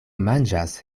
manĝas